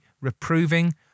reproving